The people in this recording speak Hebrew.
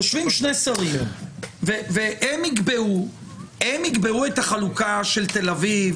יושבים שני שרים והם יקבעו את החלוקה של תל אביב,